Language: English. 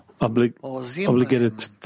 obligated